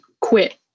quit